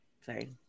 Sorry